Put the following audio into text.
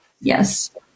Yes